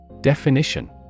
Definition